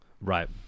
Right